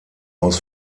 aus